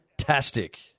Fantastic